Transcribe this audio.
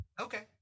Okay